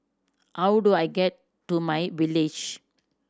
how do I get to my Village